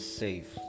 safe